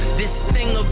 this thing